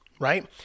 right